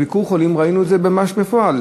ב"ביקור חולים" ראינו את זה ממש בפועל.